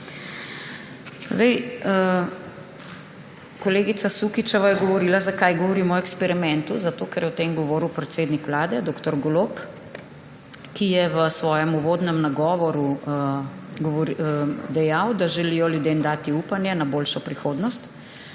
imeli. Kolegica Sukičeva je govorila, zakaj govorimo o eksperimentu. Zato ker je o tem govoril predsednik Vlade dr. Golob, ki je v svojem uvodnem nagovoru dejal, da želijo ljudem dati upanje na boljšo prihodnost.